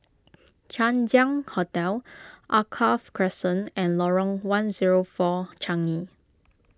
Chang Ziang Hotel Alkaff Crescent and Lorong one zero four Changi